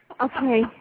Okay